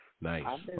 Nice